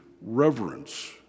reverence